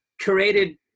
created